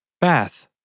Bath